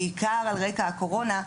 בעיקר על רקע הקורונה,